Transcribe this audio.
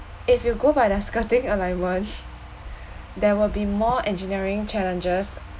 if you go by the skirting alignment there will be more engineering challenges